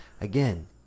again